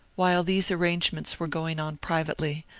while these arrangements were going on privately,